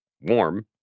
warm